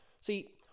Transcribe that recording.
see